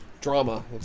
drama